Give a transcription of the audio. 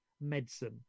medicine